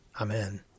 Amen